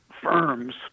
firms